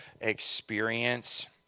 experience